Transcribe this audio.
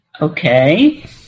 Okay